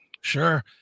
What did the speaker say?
sure